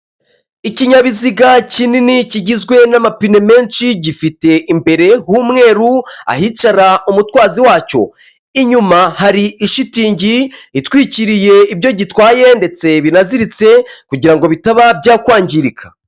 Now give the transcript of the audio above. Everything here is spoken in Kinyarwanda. Ikinyabiziga kinini kigizwe n'amapine menshi gifite imbere h'umweru ahicara umutwazi wacyo, inyuma hari ishitingi itwikiriye ibyo gitwaye ndetse binaziritse kugira ngo bitaba byakwangirika.